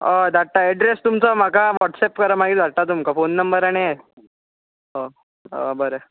हय धाडटा एडरेस तुमचो म्हाका वोटसेप करात मागीर धाडटा तुमकां फोन नंबर आनी हे आं आं बरें